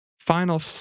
final